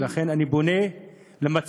ולכן אני פונה למצפון